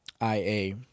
I-A